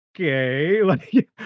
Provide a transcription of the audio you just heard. okay